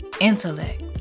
Intellect